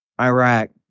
Iraq